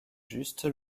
juste